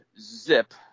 Zip